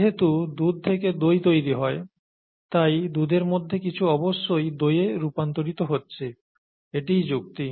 যেহেতু দুধ থেকে দই তৈরি হয় তাই দুধের কিছু অবশ্যই দইয়ে রূপান্তরিত হচ্ছে এটিই যুক্তি